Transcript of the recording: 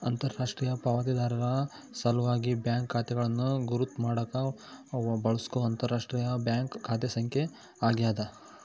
ಅಂತರರಾಷ್ಟ್ರೀಯ ಪಾವತಿದಾರರ ಸಲ್ವಾಗಿ ಬ್ಯಾಂಕ್ ಖಾತೆಗಳನ್ನು ಗುರುತ್ ಮಾಡಾಕ ಬಳ್ಸೊ ಅಂತರರಾಷ್ಟ್ರೀಯ ಬ್ಯಾಂಕ್ ಖಾತೆ ಸಂಖ್ಯೆ ಆಗ್ಯಾದ